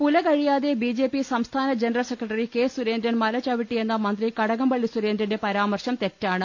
പുല കഴിയാതെ B J P സംസ്ഥാന general secretary K Surendran മല ചവിട്ടിയെന്ന മന്ത്രി കട്കംപള്ളി സുരേന്ദ്രന്റെ പരാമർശം തെറ്റാണ്